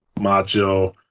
Macho